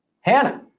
Hannah